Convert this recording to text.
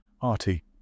Artie